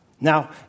Now